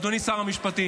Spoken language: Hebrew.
אדוני שר המשפטים,